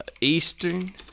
Eastern